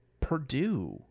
Purdue